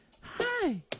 Hi